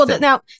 Now